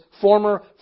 former